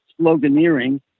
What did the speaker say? sloganeering